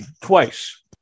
twice